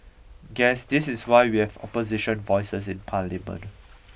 guess this is why we have opposition voices in parliament